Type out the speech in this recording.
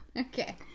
Okay